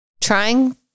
Trying